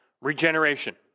regeneration